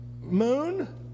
moon